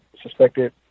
suspected